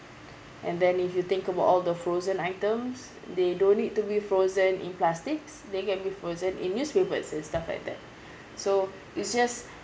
and then if you think about all the frozen items they don't need to be frozen in plastics they can be frozen in newspapers and stuff like that so it's just